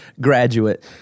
graduate